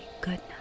goodness